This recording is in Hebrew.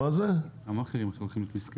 המאכערים עכשיו הולכים מסכנים.